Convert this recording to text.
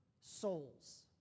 souls